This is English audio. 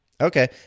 Okay